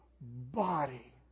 body